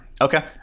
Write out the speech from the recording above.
Okay